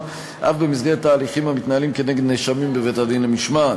אף במסגרת ההליכים המתנהלים נגד נאשמים בבית-הדין למשמעת.